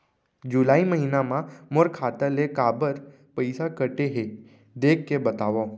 जुलाई महीना मा मोर खाता ले काबर पइसा कटे हे, देख के बतावव?